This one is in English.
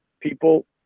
people